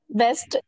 best